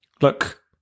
Look